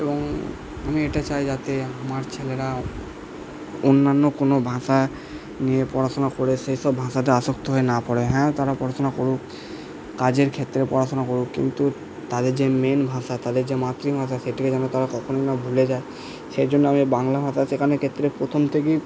এবং আমি এটা চাই যাতে আমার ছেলেরা অন্যান্য কোনো ভাষায় নিয়ে পড়াশোনা করে সেই সব ভাষাতে আসক্ত হয়ে না পড়ে হ্যাঁ তারা পড়াশোনা করুক কাজের ক্ষেত্রে পড়াশোনা করুক কিন্তু তাদের যে মেন ভাষা তাদের যে মাতৃভাষা সেটিকে যেন তারা কখনোই না ভুলে যায় সেজন্য আমি বাংলা ভাষা শেখানোর ক্ষেত্রে প্রথম থেকেই